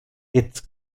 its